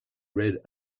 red